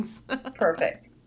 Perfect